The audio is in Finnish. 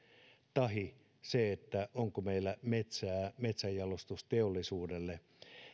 tahi se onko meillä metsää metsänjalostusteollisuudelle